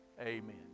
Amen